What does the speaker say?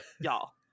y'all